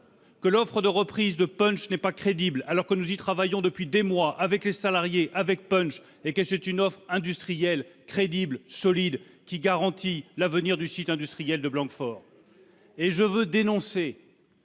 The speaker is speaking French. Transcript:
que l'offre de reprise de Punch n'est pas crédible, alors que nous y travaillons depuis des mois avec les salariés et Punch. C'est une offre industrielle crédible, solide, qui garantit l'avenir du site industriel de Blanquefort. Et je veux dénoncer